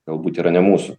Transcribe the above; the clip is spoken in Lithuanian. galbūt yra ne mūsų